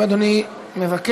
אם אדוני מבקש,